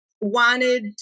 wanted